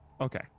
Okay